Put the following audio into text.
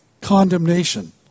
condemnation